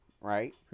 right